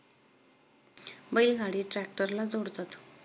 बैल गाडी ट्रॅक्टरला जोडतात